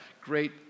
great